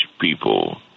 people